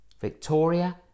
Victoria